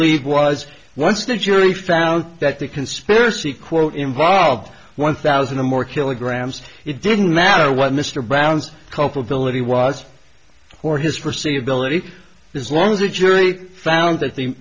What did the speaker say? believed was once the jury found that the conspiracy quote involved one thousand a more kilograms it didn't matter what mr brown's culpability was or his forsee ability is long as the jury found that the